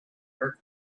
her